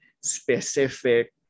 specific